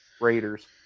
raiders